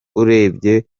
urebye